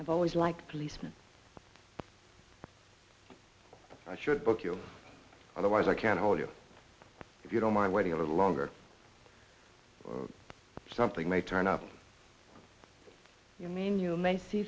i've always liked policemen i should book you otherwise i can't hold you if you don't mind waiting a little longer or something may turn up you mean you may see